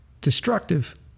destructive